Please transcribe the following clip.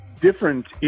different